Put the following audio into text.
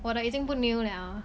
我的已经不 new liao